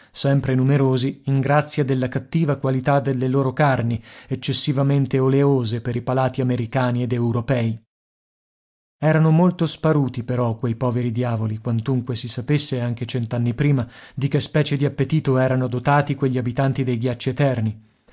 sempre numerosi in grazia della cattiva qualità delle loro carni eccessivamente oleose per i palati americani ed europei erano molto sparuti però quei poveri diavoli quantunque si sapesse anche cent'anni prima di che specie di appetito erano dotati quegli abitanti dei ghiacci eterni